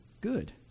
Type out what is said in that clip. good